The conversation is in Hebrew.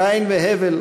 קין והבל,